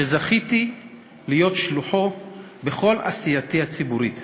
שזכיתי להיות שלוחו בכל עשייתי הציבורית.